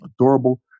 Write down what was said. adorable